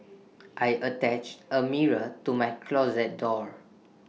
I attached A mirror to my closet door